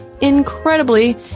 incredibly